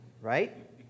Right